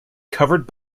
covered